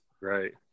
Right